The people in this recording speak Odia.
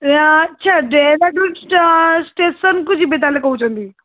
ଆଚ୍ଛା ଡେରାଡ଼ୁନ୍ ଟ ଷ୍ଟେସନ୍କୁ ଯିବେ ତା'ହେଲେ କହୁଛନ୍ତି